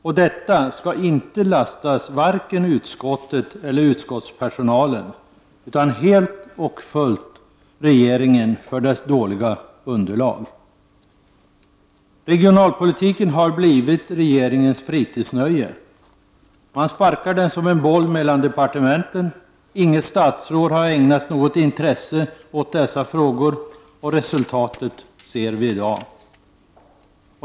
Men det skall inte vare sig utskottet eller utskottspersonalen lastas för utan helt och hållet regeringen, som har kommit med så dåliga underlag. Regionalpolitiken har blivit regeringens fritidsnöje. Man kan likna denna vid en boll som sparkas mellan departementen. Inget statsråd har ägnat något intresse åt dessa frågor, och resultatet härav ser vi i dag.